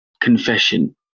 confession